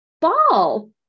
ball